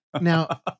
Now